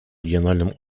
региональном